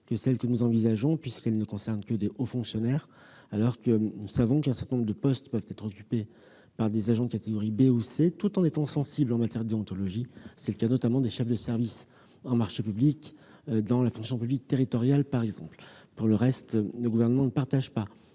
que celle que nous envisageons puisqu'elle ne concernerait que des hauts fonctionnaires. Or nous savons qu'un certain nombre de postes occupés par des agents de catégorie B ou C peuvent être tout aussi sensibles en termes de déontologie. C'est le cas des chefs de service chargés des marchés publics dans la fonction publique territoriale par exemple. Pour le reste, le Gouvernement ne partage pas